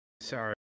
Sorry